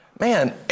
Man